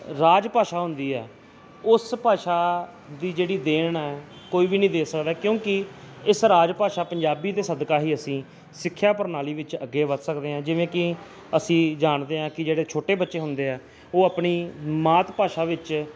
ਰਾਜ ਭਾਸ਼ਾ ਹੁੰਦੀ ਹੈ ਉਸ ਭਾਸ਼ਾ ਦੀ ਜਿਹੜੀ ਦੇਣ ਹੈ ਕੋਈ ਵੀ ਨਹੀਂ ਦੇ ਸਕਦਾ ਕਿਉਂਕਿ ਇਸ ਰਾਜ ਭਾਸ਼ਾ ਪੰਜਾਬੀ ਦੇ ਸਦਕਾ ਹੀ ਅਸੀਂ ਸਿੱਖਿਆ ਪ੍ਰਣਾਲੀ ਵਿੱਚ ਅੱਗੇ ਵੱਧ ਸਕਦੇ ਹਾਂ ਜਿਵੇਂ ਕਿ ਅਸੀਂ ਜਾਣਦੇ ਹਾਂ ਕਿ ਜਿਹੜੇ ਛੋਟੇ ਬੱਚੇ ਹੁੰਦੇ ਆ ਉਹ ਆਪਣੀ ਮਾਤ ਭਾਸ਼ਾ ਵਿੱਚ